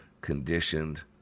conditioned